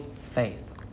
faith